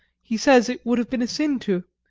he says it would have been a sin to,